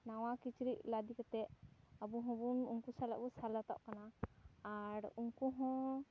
ᱱᱟᱣᱟ ᱠᱤᱪᱨᱤᱡ ᱞᱟᱹᱫᱮ ᱠᱟᱛᱮᱫ ᱟᱵᱚ ᱦᱚᱸᱵᱚᱱ ᱩᱱᱠᱩ ᱥᱟᱞᱟᱜ ᱵᱚᱱ ᱥᱮᱞᱮᱫᱚᱜ ᱠᱟᱱᱟ ᱟᱨ ᱩᱱᱠᱩ ᱦᱚᱸ